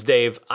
Dave